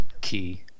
key